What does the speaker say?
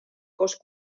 cost